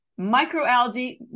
microalgae